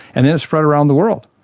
and it spread around the world.